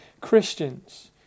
Christians